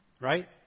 right